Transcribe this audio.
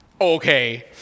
Okay